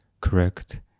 correct